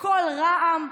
כל רע"מ,